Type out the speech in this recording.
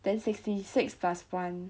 then sixty six plus one